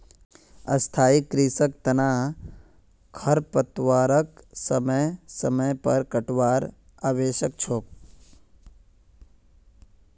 स्थाई कृषिर तना खरपतवारक समय समय पर काटवार आवश्यक छोक